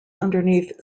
underneath